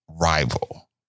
rival